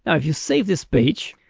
ah if you save this page,